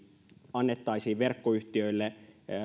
annettaisiin verkkoyhtiöille